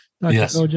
Yes